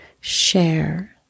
share